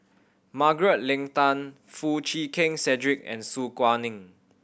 Margaret Leng Tan Foo Chee Keng Cedric and Su Guaning